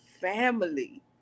family